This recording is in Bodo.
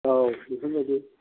औ बेफोरबायदि